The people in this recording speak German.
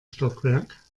stockwerk